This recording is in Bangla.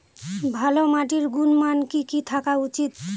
ভালো মাটির গুণমান কি কি থাকা উচিৎ?